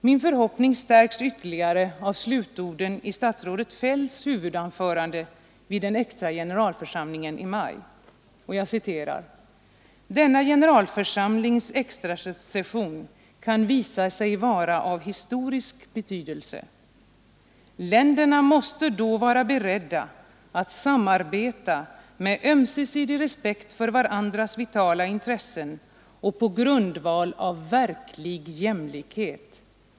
Min förhoppning stärks ytterligare av slutorden i statsrådet Feldts huvudanförande vid den extra generalförsamlingen i maj: ”Denna generalförsamlings extrasession kan visa sig vara av historisk betydelse. Länderna måste då vara beredda att samarbeta med ömsesidig respekt för varandras vitala intressen och på grundval av verklig jämlikhet.